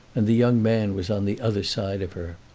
and the young man was on the other side of her.